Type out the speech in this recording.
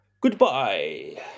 Goodbye